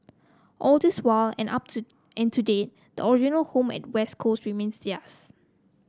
all this while and up to and to date the original home at West Coast remains theirs